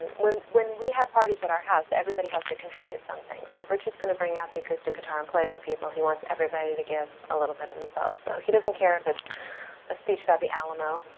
when when we have parties at our house, everybody has to contribute something, so if ritchie is going to bring out the acoustic guitar and play for people, he wants everybody to give a little bit of themselves. so he doesn't care if it's a speech about the alamo,